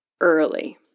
early